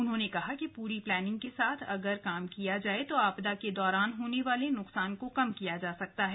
उन्होंने कहा कि पूरी प्लानिंग के साथ अगर काम किया जाये तो आपदा के दौरान होंने वाले नुकसान को कम किया जा सकता है